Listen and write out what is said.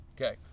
Okay